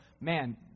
man